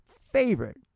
favorite